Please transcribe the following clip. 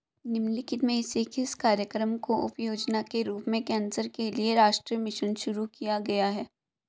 निम्नलिखित में से किस कार्यक्रम को उपयोजना के रूप में कैंसर के लिए राष्ट्रीय मिशन शुरू किया गया है?